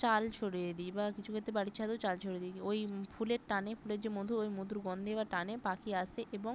চাল ছড়িয়ে দিই বা কিছুক্ষেত্রে বাড়ির ছাদেও চাল ছড়িয়ে দিই ওই ফুলের টানে ফুলের যে মধু ওই মধুর গন্ধে বা টানে পাখি আসে এবং